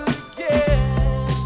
again